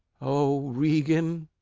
o regan,